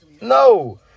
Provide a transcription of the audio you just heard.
No